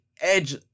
Edge